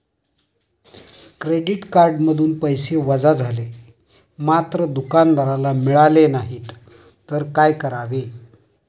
Credit कार्डमधून पैसे वजा झाले मात्र दुकानदाराला मिळाले नाहीत तर काय करावे?